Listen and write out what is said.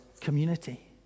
community